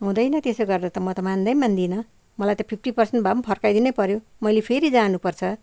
हुँदैन त्यसो गर्दा त म त मान्दै मान्दिन मलाई त फिफ्टी पर्सेन्ट भए पनि फर्काइदिनै पऱ्यो मैले फेरि जानुपर्छ